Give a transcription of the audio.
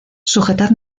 sujetad